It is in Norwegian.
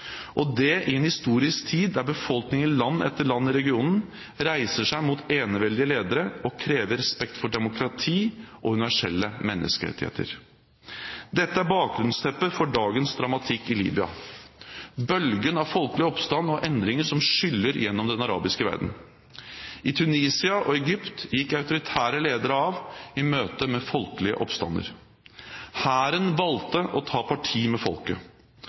og det i en historisk tid der befolkningen i land etter land i regionen reiser seg mot eneveldige ledere og krever respekt for demokrati og universelle menneskerettigheter. Dette er bakgrunnsteppet for dagens dramatikk i Libya: bølgen av folkelig oppstand og endringer som skyller gjennom den arabiske verden. I Tunisia og Egypt gikk autoritære ledere av i møte med folkelige oppstander. Hæren valgte å ta parti med folket.